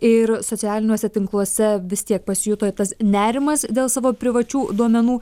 ir socialiniuose tinkluose vis tiek pasijuto tas nerimas dėl savo privačių duomenų